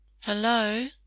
Hello